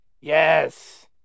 Yes